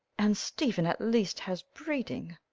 and stephen at least has breeding.